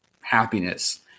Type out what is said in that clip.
happiness